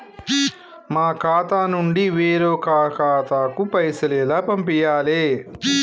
మా ఖాతా నుండి వేరొక ఖాతాకు పైసలు ఎలా పంపియ్యాలి?